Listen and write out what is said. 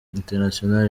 international